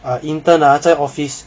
a intern ah 在 office